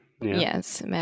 yes